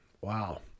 wow